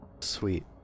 sweet